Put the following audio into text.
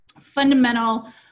fundamental